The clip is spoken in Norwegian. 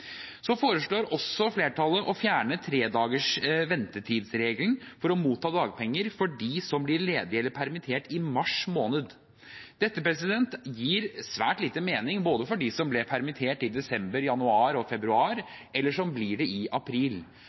Så foreslår også flertallet å fjerne regelen om tre dagers ventetid for å motta dagpenger for dem som blir ledige eller permittert i mars måned. Dette gir svært lite mening, både for dem som ble permittert i desember, januar og februar, og for dem som blir det i april.